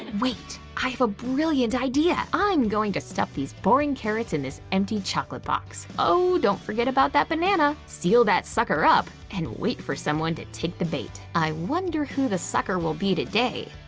wait. i have a brilliant idea! i'm going to stuff these boring carrots in this empty chocolate box. oh, don't forget about that banana! seal that sucker up, and wait for someone to take the bait i wonder who the sucker will be today?